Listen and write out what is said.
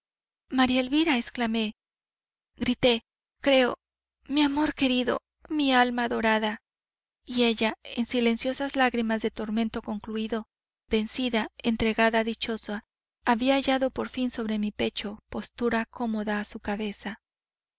maría elvira exclamé grité creo mi amor querido mi alma adorada y ella en silenciosas lágrimas de tormento concluído vencida entregada dichosa había hallado por fin sobre mi pecho postura cómoda a su cabeza